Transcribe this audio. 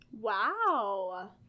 Wow